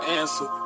answer